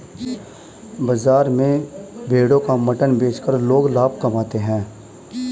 बाजार में भेड़ों का मटन बेचकर लोग लाभ कमाते है